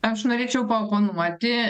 aš norėčiau paoponuoti